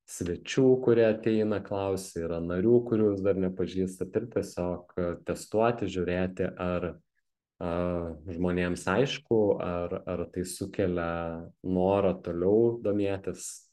svečių kurie ateina klausia yra narių kurių jūs dar nepažįstat ir tiesiog testuoti žiūrėti ar a žmonėms aišku ar ar tai sukelia norą toliau domėtis